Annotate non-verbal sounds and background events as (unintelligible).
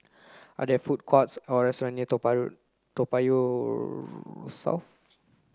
are there food courts or restaurant near Toa (unintelligible) Toa Payoh South